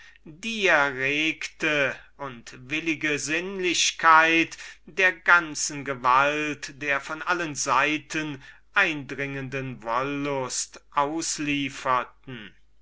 die erregte und willige sinnlichkeit der ganzen gewalt der von allen seiten eindringenden wollust auslieferten